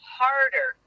harder